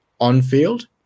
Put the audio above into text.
On-field